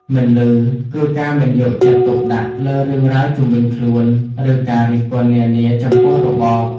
«មិនឮ» គឺការមិនយកចិត្តទុកដាក់លើរឿងរ៉ាវជុំវិញខ្លួន ឬការរិះគន់នានាចំពោះរបប។